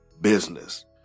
business